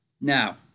Now